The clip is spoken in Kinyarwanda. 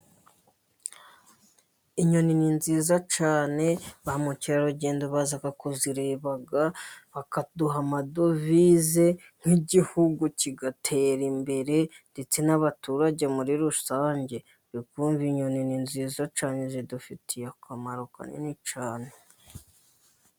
Inyoni ni nziza cyane, bamukerarugendo baza kuzireba bakaduha amadovize nk'igihugu kigatera imbere ndetse n'abaturage muri rusange, uri kumva inyoni ni nziza cyane zidufitiye akamaro kanini cyane.